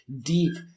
deep